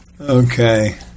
Okay